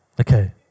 Okay